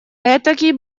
этакий